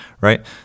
right